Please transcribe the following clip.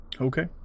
Okay